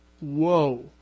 Whoa